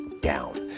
down